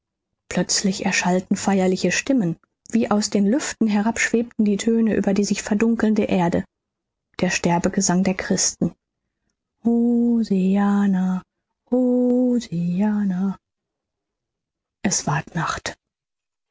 plötzlich erschallten feierliche stimmen wie aus den lüften herab schwebten die töne über die sich verdunkelnde erde der sterbegesang der christen hosiannah hosiannah es ward nacht